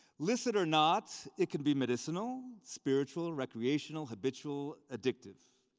illicit or not, it can be medicinal, spiritual, recreational, habitual, addictive.